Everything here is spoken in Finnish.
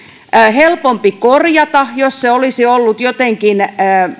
helpompi korjata jos se olisi ollut jotenkin